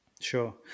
Sure